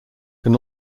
can